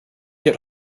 get